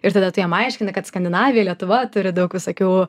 ir tada tu jam aiškini kad skandinavija lietuva turi daug visokių